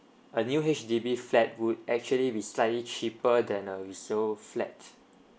a new H_D_B flat would actually be slightly cheaper than a resale flat